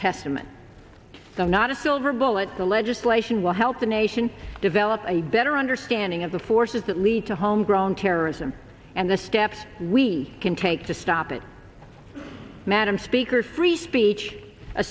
testament to the not a silver bullet the legislation will help the nation develop a better understanding of the forces that lead to homegrown terrorism and the steps we can take to stop it madam speaker free speech a